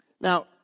Now